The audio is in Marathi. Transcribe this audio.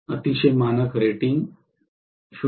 अतिशय मानक रेटिंग ०